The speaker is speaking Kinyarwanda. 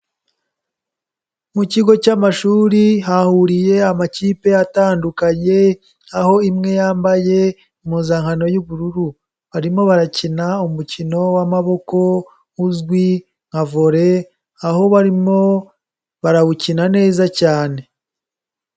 Mu kigo cy'amashuri hahuriye amakipe atandukanye aho imwe yambaye impuzankano y'ubururu. Barimo barakina umukino w'amaboko uzwi nka volley aho barimo barawukina neza cyane.